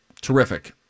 terrific